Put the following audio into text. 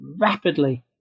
rapidly